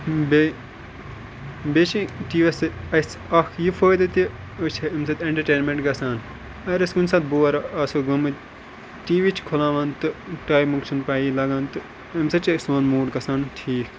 بیٚیہِ بیٚیہِ چھِ ٹی وی یَس سۭتۍ اَسہِ اَکھ یہِ فٲیدٕ تہِ أسۍ چھِ اَمہِ سۭتۍ اٮ۪نٹَرٹینمٮ۪نٛٹ گژھان اگر أسۍ کُنہِ ساتہٕ بور آسو گٔمٕتۍ ٹی وی چھِ کھُلاوان تہٕ ٹایمُک چھِنہٕ پَیی لَگان تہٕ اَمہِ سۭتۍ چھِ سون موٗڈ گژھان ٹھیٖک